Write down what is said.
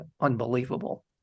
unbelievable